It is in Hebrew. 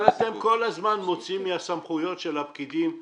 אתם כל הזמן מוציאים מהסמכויות של הפקידים בעבודתם.